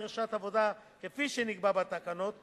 לפי הבדיקה שהזכרתי קודם,